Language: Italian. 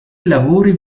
lavori